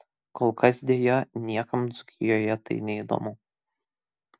kol kas deja niekam dzūkijoje tai neįdomu